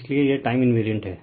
इसलिए यह time invariant है